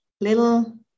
little